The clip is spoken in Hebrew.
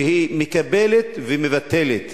שמקבלת ומבטלת?